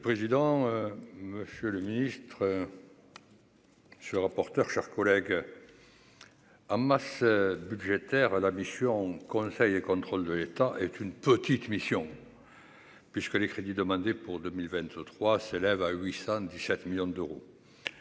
Monsieur le président, monsieur le ministre. Je suis rapporteure chers collègues en masse budgétaire la mission Conseil et contrôle de l'État est une petite mission puis je connais crédits demandés pour 2023 s'élève à 800 du 7 millions d'euros